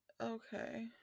Okay